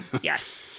yes